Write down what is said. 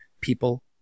people